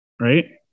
right